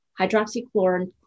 hydroxychloroquine